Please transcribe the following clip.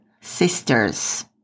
sisters